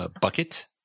Bucket